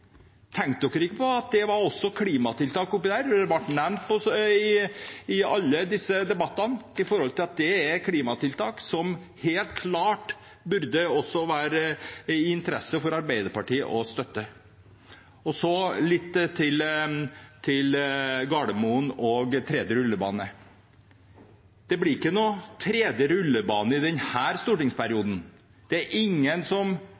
Tenkte de ikke på at det også var klimatiltak oppi der? Det ble nevnt i alle disse debattene at det er klimatiltak, og det burde helt klart også være av interesse for Arbeiderpartiet å støtte. Så litt til Gardermoen og tredje rullebane: Det blir ikke noen tredje rullebane i denne stortingsperioden. Det er ingen som